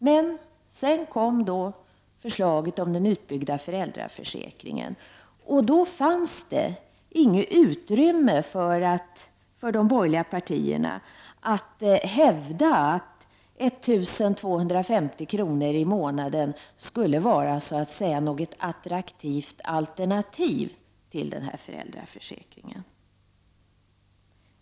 Men sedan kom förslaget om en utbyggnad av föräldraförsäkringen, och då fanns det inget utrymme för de borgerliga partierna att hävda att 1 250 kr. i månaden skulle vara något attraktivt alternativ till föräldraförsäkringen.